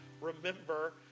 remember